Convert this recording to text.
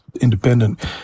independent